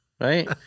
Right